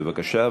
בבקשה,